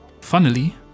funnily